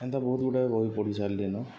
ଏନ୍ତା ବହୁତ୍ ଗୁଡ଼େ ବହି ପଢ଼ି ସାର୍ଲିିନ